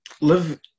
live